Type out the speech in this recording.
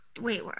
Wait